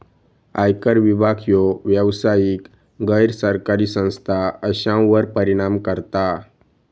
आयकर विभाग ह्यो व्यावसायिक, गैर सरकारी संस्था अश्यांवर परिणाम करता